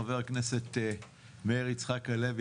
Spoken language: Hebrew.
חבר הכנסת מאיר יצחק הלוי,